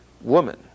woman